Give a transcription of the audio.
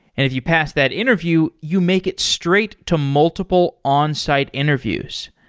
if you pass that interview, you make it straight to multiple onsite interviews.